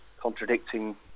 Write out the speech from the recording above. contradicting